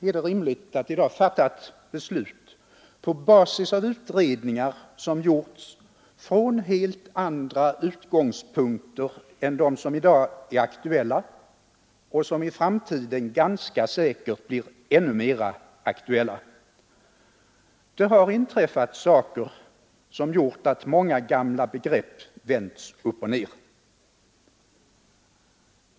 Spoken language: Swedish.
Är det rimligt att i dag fatta ett beslut på basis av utredningar som i långa stycken gjorts från helt andra utgångspunkter än de som i dag är aktuella och som i framtiden ganska säkert blir ännu mera aktuella? Det har inträffat saker som gjort att många gamla begrepp vänts upp och ner.